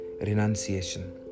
renunciation